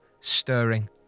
stirring